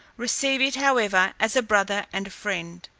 receive it however as a brother and a friend,